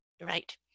Right